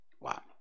Wow